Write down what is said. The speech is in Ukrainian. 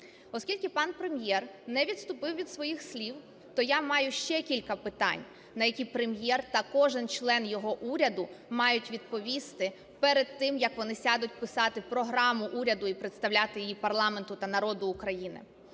Оскільки пан Прем'єр не відступив від своїх слів, то я маю ще кілька питань, на які Прем'єр та кожен член його уряду мають відповісти перед тим, як вони сядуть писати програму уряду і представляти її парламенту та народу України.